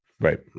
right